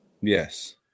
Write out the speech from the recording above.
Yes